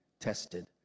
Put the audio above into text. tested